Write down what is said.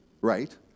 right